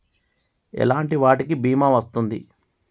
ఎలాంటి వాటికి బీమా వస్తుంది?